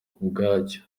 ubwacyo